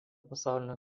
pasaulinio